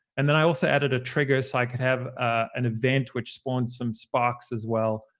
and then i also added a trigger so i could have an event which spawned some sparks, as well,